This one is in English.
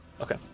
Okay